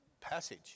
passage